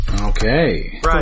Okay